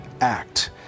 Act